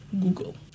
Google